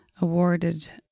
awarded